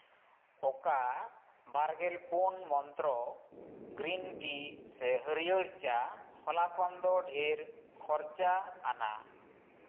ᱚᱠᱟ ᱵᱟᱨ ᱜᱮᱞ ᱯᱩᱱ ᱢᱚᱱᱛᱨᱚ ᱜᱨᱤᱱ ᱴᱤ ᱥᱮ ᱦᱟᱹᱨᱭᱟᱹᱲ ᱪᱟ ᱦᱚᱞᱟ ᱠᱷᱚᱱ ᱫᱚ ᱰᱷᱮᱨ ᱠᱷᱚᱨᱪᱟ ᱟᱱᱟᱜ